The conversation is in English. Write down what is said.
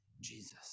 Jesus